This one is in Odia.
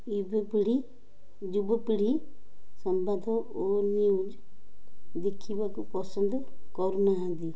ୟୁବପିଢ଼ି ଯୁବପିଢ଼ି ସମ୍ବାଦ ଓ ନ୍ୟୁଜ୍ ଦେଖିବାକୁ ପସନ୍ଦ କରୁନାହାନ୍ତି